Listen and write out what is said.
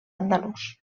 andalús